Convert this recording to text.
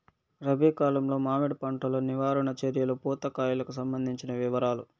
రబి కాలంలో మామిడి పంట లో నివారణ చర్యలు పూత కాయలకు సంబంధించిన వివరాలు?